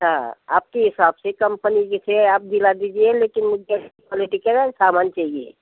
हाँ आपके हिसाब से कंपनी जिसे आप दिला दीजिए लेकिन ऊँचे क्वालिटी के ना सामान चाहिए